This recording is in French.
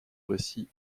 récit